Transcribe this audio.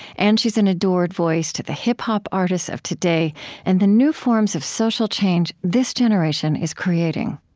and she's an adored voice to the hip-hop artists of today and the new forms of social change this generation is creating